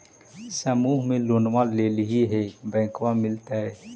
समुह मे लोनवा लेलिऐ है बैंकवा मिलतै?